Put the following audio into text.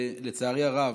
לצערי הרב,